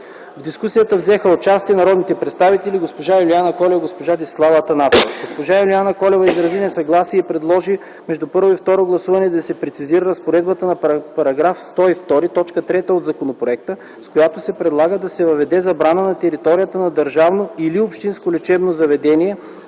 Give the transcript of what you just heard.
В дискусията взеха участие народните представители госпожа Юлиана Колева и госпожа Десислава Атанасова. Госпожа Юлиана Колева изрази несъгласие и предложи между първо и второ гласуване да се прецизира разпоредбата на § 102, т. 3 от законопроекта, с която се предлага да се въведе забрана на територията на държавно или общинско лечебно заведение